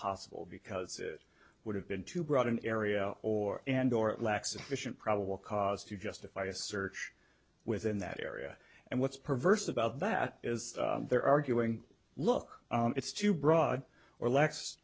possible because it would have been too broad an area or and or it lacks sufficient probable cause to justify a search within that area and what's perverse about that is they're arguing look it's too broad or la